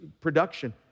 production